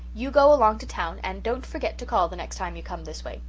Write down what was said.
you go along to town and don't forget to call the next time you come this way.